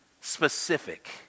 specific